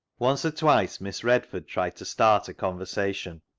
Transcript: once or twice miss redford tried to start a conver sation,